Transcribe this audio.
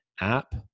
app